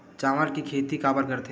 चावल के खेती काबर करथे?